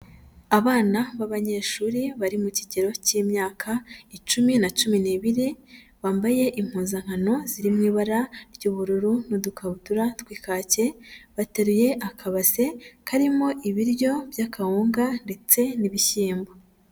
Abana b'abanyeshuri bari mu kigero cy'imyaka icumi na cumi n'ibiri, bambaye impuzankano ziri mu ibara ry'ubururu n'udukabutura tw'ikake, bateruye akabase karimo ibiryo by'akawunga ndetse n'ibishyimbo.